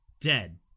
Dead